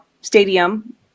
stadium